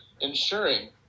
ensuring